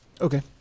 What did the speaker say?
Okay